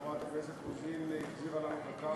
חברת הכנסת רוזין החזירה לנו דקה.